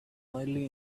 wildly